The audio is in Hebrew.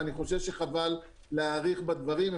ואני חושב שחבל להאריך בדברים.